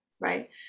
right